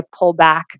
pullback